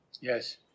yes